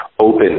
open